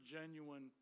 genuine